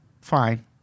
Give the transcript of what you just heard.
fine